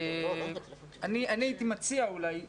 אני הייתי מציע אולי,